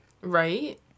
Right